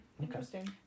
Interesting